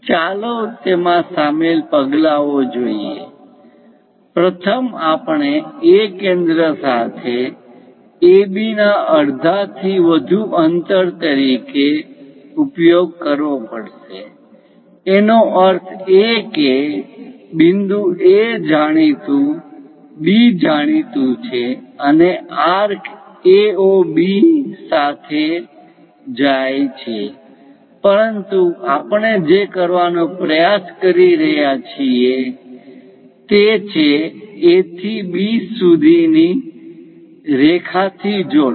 ચાલો તેમાં સામેલ પગલાઓ જોઈએ પ્રથમ આપણે A કેન્દ્ર સાથે AB ના અડધાથી વધુ અંતર તરીકે ઉપયોગ કરવો પડશે એનો અર્થ એ કે બિંદુ A જાણીતું B જાણીતું છે અને આર્ક A O B સાથે જાય છે પરંતુ આપણે જે કરવાનો પ્રયાસ કરી રહ્યા છીએ તે છે A થી B સુધી રેખા થી જોડો